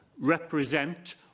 represent